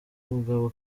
mugabo